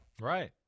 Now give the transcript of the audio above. Right